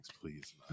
please